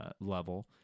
level